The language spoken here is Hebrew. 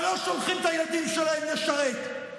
אבל לא שולחים את הילדים שלהם לשרת.